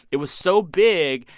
it was so big,